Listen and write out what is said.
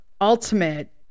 ultimate